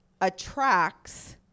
attracts